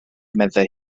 meddai